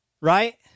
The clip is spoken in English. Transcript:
right